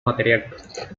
materiales